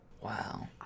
Wow